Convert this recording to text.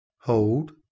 hold